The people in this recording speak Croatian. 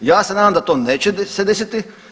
Ja se nadam da to neće se desiti.